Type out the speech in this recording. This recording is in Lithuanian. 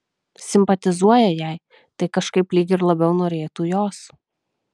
simpatizuoja jai tai kažkaip lyg ir labiau norėtų jos